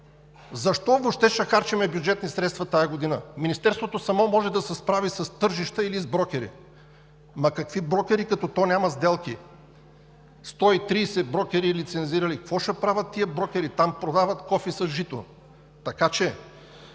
Защо въобще ще харчим бюджетни средства тази година? Министерството само може да се справи с тържища или с брокери. Ама, какви брокери, като то няма сделки – сто и тридесет лицензирани брокери?! Какво ще правят тези брокери? Там продават кофи с жито, така че